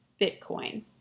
Bitcoin